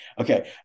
Okay